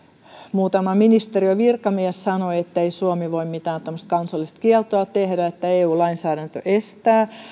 muutama ministeriön virkamies sanoi ettei suomi voi mitään tämmöistä kansallista kieltoa tehdä eu lainsäädäntö estää